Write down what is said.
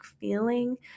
feeling